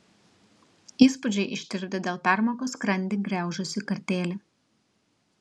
įspūdžiai ištirpdė dėl permokos skrandį griaužusį kartėlį